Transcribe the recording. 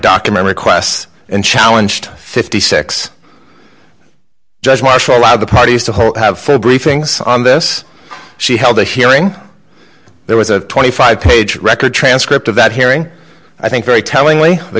document requests and challenged fifty six judge marshall law the parties to hold have full briefings on this she held the hearing there was a twenty five page record transcript of that hearing i think very tellingly the